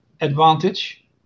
advantage